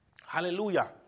Hallelujah